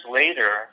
later